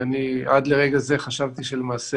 ואני, עד לרגע הזה, חשבתי שלמעשה